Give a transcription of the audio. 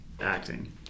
acting